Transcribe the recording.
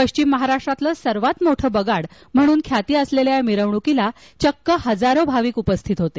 पश्चिम महाराष्ट्रातलं सर्वात मोठं बगाड म्हणून ख्याती असलेल्या या मिरवणकीला चक्क हजारो भाविक उपस्थित होते